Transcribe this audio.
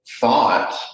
thought